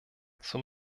zur